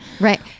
Right